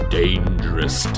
dangerous